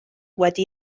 wedi